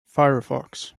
firefox